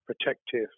protective